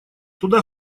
туда